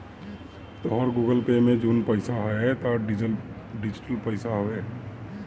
तोहरी Google Pay में जवन पईसा बा उ डिजिटल पईसा हवे